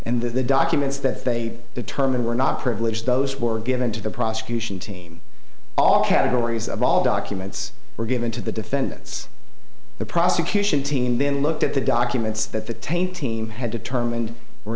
and that the documents that they determined were not privileged those were given to the prosecution team all categories of all documents were given to the defendants the prosecution team then looked at the documents that the taint team had determined were